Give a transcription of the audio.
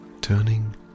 turning